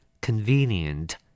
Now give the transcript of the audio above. Convenient